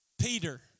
Peter